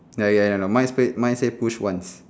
ya ya ya no mine's play mine says push once